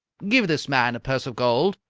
give this man a purse of gold,